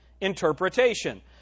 interpretation